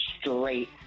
straight